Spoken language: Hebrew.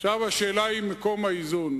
השאלה היא מקום האיזון.